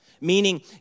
meaning